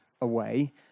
away